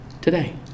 today